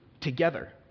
together